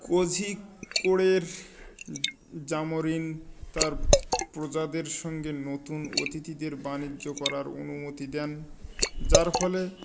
কোঝিকোড়ের জামরিন তার প্রজাদের সঙ্গে নতুন অতিথিদের বাণিজ্য করার অনুমতি দেন যার ফলে